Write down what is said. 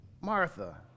Martha